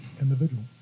individual